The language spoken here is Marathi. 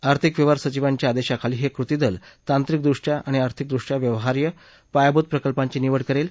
आर्थिक व्यहार सचिवांच्या आदेशाखाली हे कृतीदल तांत्रिक दृष्ट्या आणि आर्थिक दृष्ट्या व्यवहारार्य पायाभूत प्रकल्पांची निवड करेल